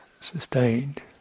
sustained